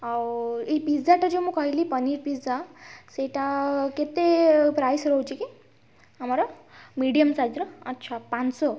ଆଉ ଏଇ ପିଜାଟା ଯେ ମୁଁ କହିଲି ପନିର୍ ପିଜା ସେଇଟା କେତେ ପ୍ରାଇସ୍ ରହୁଛି କି ଆମର ମିଡ଼ିଅମ୍ ସାଇଜ୍ର ଆଚ୍ଛା ପାଞ୍ଚ ଶହ